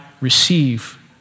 receive